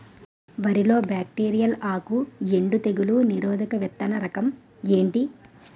వరి లో బ్యాక్టీరియల్ ఆకు ఎండు తెగులు నిరోధక విత్తన రకం ఏంటి?